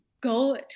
go